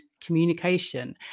communication